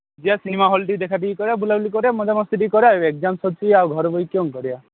ଯିବା ସିନେମା ହଲ୍ଟି କି ଦେଖାଦେଖି କରିବା ବୁଲାବୁଲି କରିବା ମଜାମସ୍ତି ଟିକେ କରିବା ଏଗ୍ଜାମ୍ ସରିଛି ଆଉ ଘରକୁ ଯାଇକି କ'ଣ କରିବା